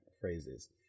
phrases